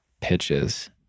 pitches